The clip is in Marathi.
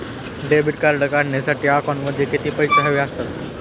डेबिट कार्ड काढण्यासाठी अकाउंटमध्ये किती पैसे हवे असतात?